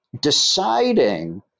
deciding